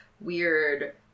weird